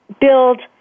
build